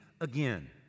again